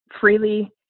freely